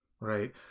right